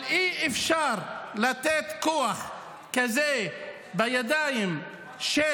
אבל אי-אפשר לתת כוח כזה בידיים של